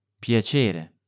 Piacere